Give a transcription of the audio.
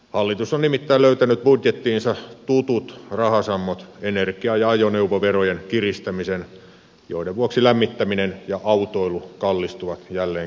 hallitus on nimittäin löytänyt budjettiinsa tutut rahasammot energia ja ajoneuvoverojen kiristämisen joiden vuoksi lämmittäminen ja autoilu kallistuvat jälleen kerran